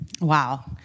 wow